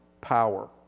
power